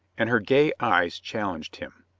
and her gay eyes challenged him.